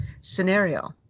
scenario